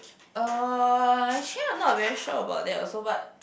uh actually I'm not very sure about that also but